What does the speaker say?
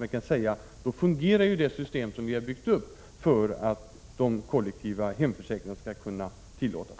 Vi kan säga att det system som vi byggt upp fungerar så att de kollektiva hemförsäkringarna skall kunna tillåtas